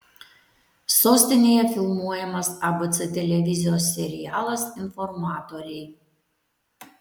sostinėje filmuojamas abc televizijos serialas informatoriai